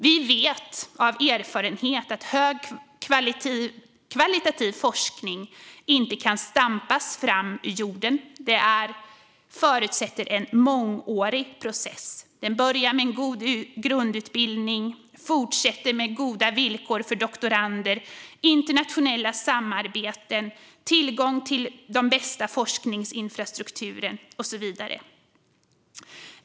Vi vet av erfarenhet att högkvalitativ forskning inte kan stampas fram ur jorden. Den förutsätter en mångårig process. Den börjar med en god grundutbildning, fortsätter med goda villkor för doktorander, internationella samarbeten, tillgång till den bästa forskningsinfrastrukturen och så vidare.